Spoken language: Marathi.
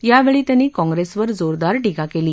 यावेळी त्यांनी काँग्रेसवर जोरदार टीका केली